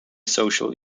social